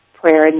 prayer